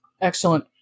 Excellent